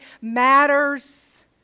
matters